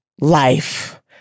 life